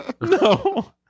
No